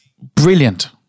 brilliant